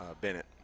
Bennett